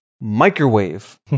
microwave